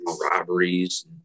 robberies